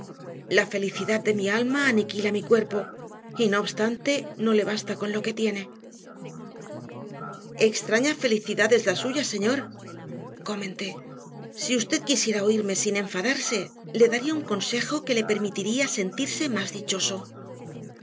la felicidad de mi alma aniquila mi cuerpo y no obstante no le basta con lo que tiene extraña felicidad es la suya señor comenté si usted quisiera oírme sin enfadarse le daría un consejo que le permitiría sentirse más dichoso